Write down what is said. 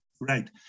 Right